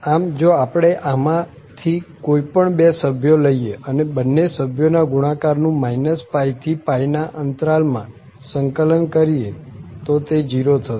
આમ જો આપણે આમાં થી કોઈ પણ બે સભ્યો લઈએ અને બન્ને સભ્યો ના ગુણાકાર નું -π થી ના અંતરાલ માં સંકલન કરીએ તો તે 0 થશે